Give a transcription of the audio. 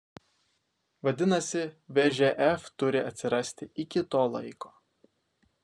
vadinasi vžf turi atsirasti iki to laiko